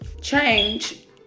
change